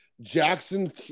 Jackson